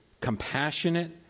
compassionate